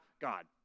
God